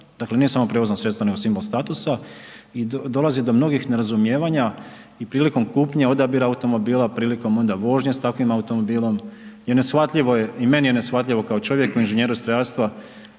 dakle nije samo prijevozno sredstvo, nego simbol statusa, i dolazi do mnogih nerazumijevanja i prilikom kupnje odabira automobila prilikom onda vožnje s takvim automobilom i neshvatljivo je, i meni je neshvatljivo kao čovjeku inženjeru strojarstva